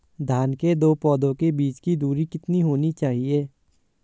धान के दो पौधों के बीच की दूरी कितनी होनी चाहिए?